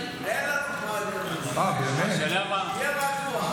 אין לנו פריימריז, תהיה רגוע.